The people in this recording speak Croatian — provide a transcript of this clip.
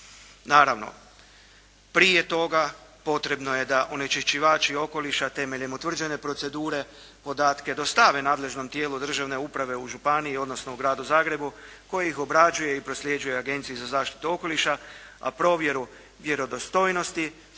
Naravno, prije toga potrebno je da onečišćivači okoliša temeljem utvrđene procedure podatke dostave nadležnom tijelu državne uprave u županiji odnosno u Gradu Zagrebu koje ih obrađuje i prosljeđuje Agenciji za zaštitu okoliša. A provjeru vjerodostojnosti,